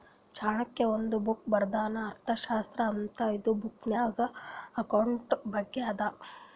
ಚಾಣಕ್ಯ ಒಂದ್ ಬುಕ್ ಬರ್ದಾನ್ ಅರ್ಥಶಾಸ್ತ್ರ ಅಂತ್ ಇದು ಬುಕ್ನಾಗ್ ಅಕೌಂಟ್ಸ್ ಬಗ್ಗೆ ಅದಾ